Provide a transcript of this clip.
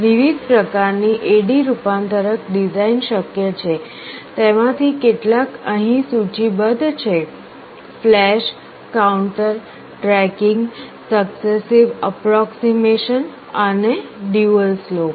વિવિધ પ્રકાર ની AD રૂપાંતરક ડિઝાઇન શક્ય છે તેમાંથી કેટલાક અહીં સૂચિબદ્ધ છે flash counter tracking successive approximation અને ડ્યુઅલ સ્લોપ